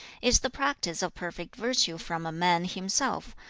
is the practice of perfect virtue from a man himself,